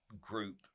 group